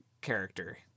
character